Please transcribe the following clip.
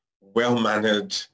well-mannered